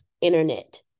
internet